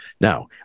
Now